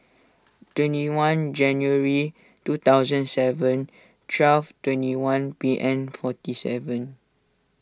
twenty one January two thousand seven twelve twenty one P M forty seven